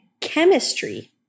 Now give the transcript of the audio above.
Chemistry